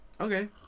Okay